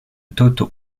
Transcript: toto